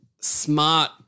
smart